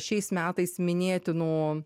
šiais metais minėtinų